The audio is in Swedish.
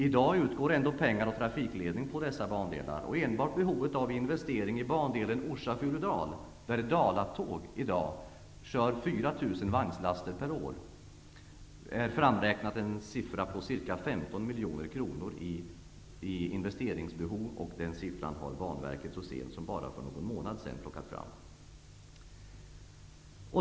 I dag utgår ändå pengar för trafikledning på dessa bandelar. Enbart behovet av investering i bandelen Orsa--Furudal, där Dala Tåg i dag kör miljoner kronor. Den siffran har Banverket plockat fram så sent som för bara någon månad sedan.